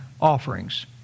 offerings